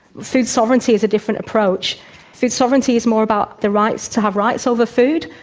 food sovereignty is a different approach food sovereignty is more about the rights. to have rights over food.